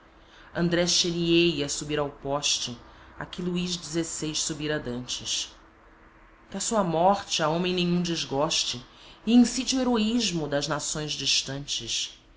harmoste andré chénier ia subir ao poste a que luís xvi subira dantes que a sua morte a homem nenhum desgoste e incite o heroísmo das nações distantes